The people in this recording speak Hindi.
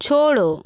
छोड़ो